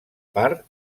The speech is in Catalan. part